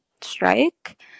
strike